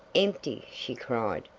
empty! she cried.